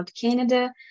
Canada